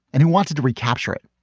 and he wanted to recapture it,